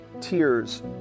Tears